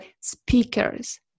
speakers